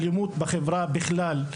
אלימות בחברה בכלל.